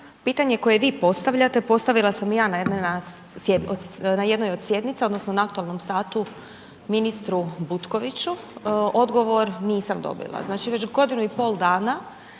pitanje koje vi postavljate, postavila sam i ja na jednoj od sjednica, odnosno na aktualnom satu ministru Butkoviću, odgovor nisam dobila. Znači već godinu i pol dana,